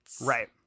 right